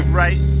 right